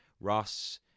Ross